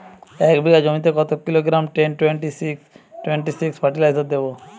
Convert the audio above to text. এক বিঘা জমিতে কত kilogram ten twenty six twenty six fertiliser দেবো?